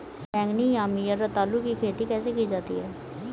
बैगनी यामी या रतालू की खेती कैसे की जाती है?